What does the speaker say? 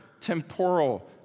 temporal